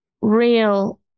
real